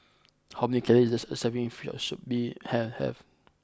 how many calories does a serving of Fish Soup Bee Han have